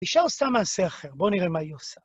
אישה עושה מעשה אחר, בוא נראה מה היא עושה.